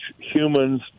humans